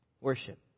worship